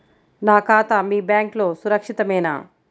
నా ఖాతా మీ బ్యాంక్లో సురక్షితమేనా?